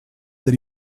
that